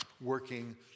working